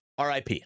RIP